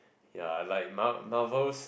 ya like mar~ Marvels